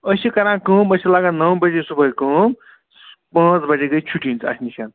أسۍ چھِ کران کٲم أسۍ چھِ لگان نَو بَجے صُبحٲے کٲم پانٛژھ بَجے گٔے چھُٹی اَسہِ نِش